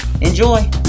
Enjoy